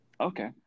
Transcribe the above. okay